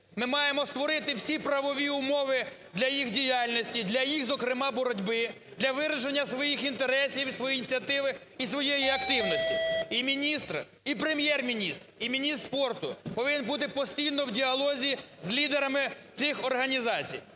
ми маємо створити всі правові умови для їх діяльності, для їх, зокрема, боротьби, для вирішення своїх інтересів і своєї ініціативи, і своєї активності. І міністр, і Прем'єр-міністр, і міністр спорту повинен бути постійно в діалозі з лідерами цих організацій.